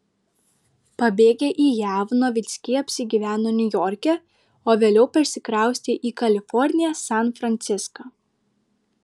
pabėgę į jav novickiai apsigyveno niujorke o vėliau persikraustė į kaliforniją san franciską